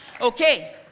Okay